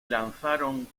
lanzaron